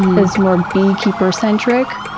it's more beekeeper centric.